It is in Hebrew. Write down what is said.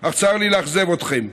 אך צר לי לאכזב אתכם: